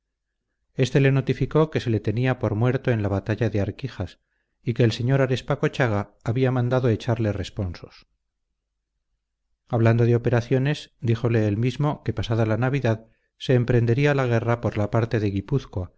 éste le notificó que se le tenía por muerto en la batalla de arquijas y que el sr arespacochaga había mandado echarle responsos hablando de operaciones díjole el mismo que pasada navidad se emprendería la guerra por la parte de